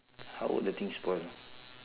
how would the thing spoil